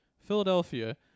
Philadelphia